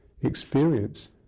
experience